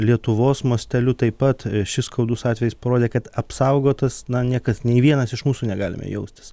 lietuvos masteliu taip pat šis skaudus atvejis parodė kad apsaugotas na niekas nei vienas iš mūsų negalime jaustis